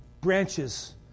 branches